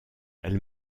elle